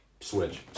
Switch